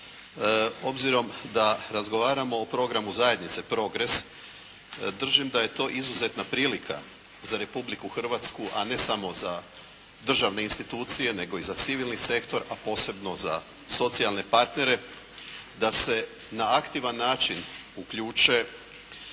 obzirom da razgovaramo o programu zajednice «Progres» držim da je to izuzetna prilika za Republiku Hrvatsku a ne samo za državne institucije nego i za civilni sektor, a posebno za socijalne partnere da se na aktivan način uključe